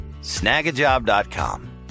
Snagajob.com